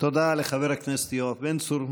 תודה לחבר הכנסת יואב בן צור.